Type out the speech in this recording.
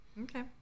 Okay